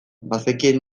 bazekien